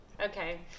Okay